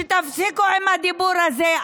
תפסיקו עם הדיבור הזה.